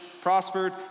prospered